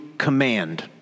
command